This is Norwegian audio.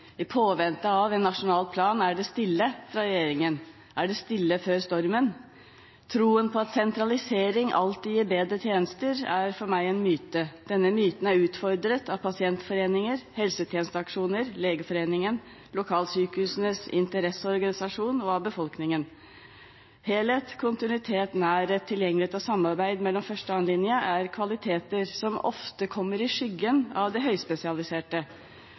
I påvente av en nasjonal plan er det stille fra regjeringen. Er det stille før stormen? Troen på at sentralisering alltid gir bedre tjenester, er for meg en myte. Denne myten er utfordret av pasientforeninger, helsetjenesteaksjoner, Legeforeningen, lokalsykehusenes interesseorganisasjon og befolkningen. Helhet, kontinuitet, nærhet, tilgjengelighet og samarbeid mellom første og andre linje er kvaliteter som ofte kommer i skyggen av det høyspesialiserte.